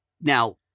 Now